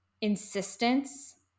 insistence